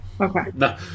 Okay